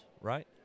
right